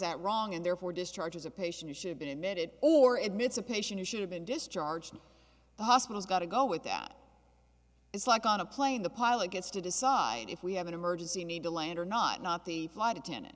that wrong and therefore discharges a patient should be admitted or admits a patient should have been discharged the hospital's got to go with that it's like on a plane the pilot gets to decide if we have an emergency need to land or not not the flight attendant